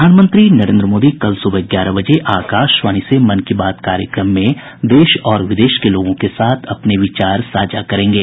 प्रधानमंत्री नरेंद्र मोदी कल सुबह ग्यारह बजे आकाशवाणी से मन की बात कार्यक्रम में देश और विदेश के लोगों के साथ अपने विचार साझा करेंगे